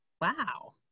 Wow